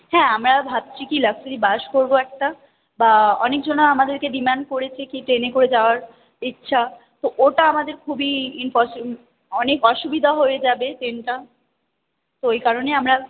হ্যাঁ আমরা ভাবছি কি লাক্সারি বাস করব একটা বা অনেকজন আমাদেরকে ডিমান্ড করেছে কি ট্রেনে করে যাওয়ার ইচ্ছা তো ওটা আমাদের খুবই অনেক অসুবিধা হয়ে যাবে ট্রেনটা তো ওই কারণেই আমরা